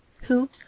who